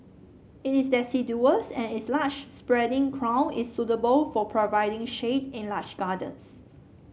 it is deciduous and its large spreading crown is suitable for providing shade in large gardens